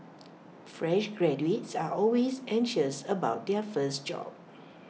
fresh graduates are always anxious about their first job